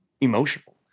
emotional